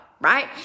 right